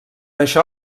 això